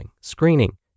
screening